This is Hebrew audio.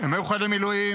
הם היו חיילי מילואים.